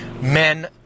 men